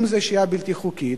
אם זה שהייה בלתי חוקית,